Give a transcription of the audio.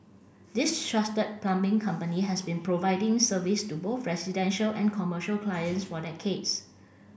this trusted plumbing company has been providing service to both residential and commercial clients for decades